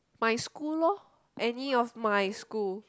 my school lor any of my school